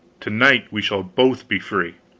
to-night we shall both be free.